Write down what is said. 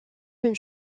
une